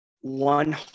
one